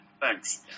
Thanks